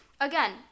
again